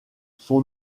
son